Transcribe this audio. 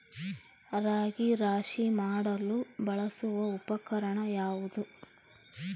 ರಾಗಿ ರಾಶಿ ಮಾಡಲು ಬಳಸುವ ಉಪಕರಣ ಯಾವುದು?